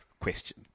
question